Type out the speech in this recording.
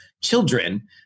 children